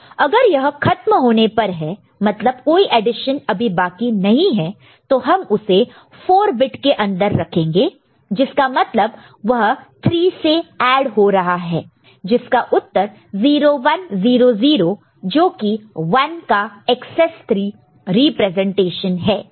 अगर यह खत्म होने पर है मतलब कोई एडिशन अभी बाकी नहीं है तो हम उसे 4 बिट के अंदर रखेंगे जिसका मतलब वह 3 से ऐड हो रहा है जिसका उत्तर 0100 जो कि 1 का एकसेस 3 रिप्रेजेंटेशन है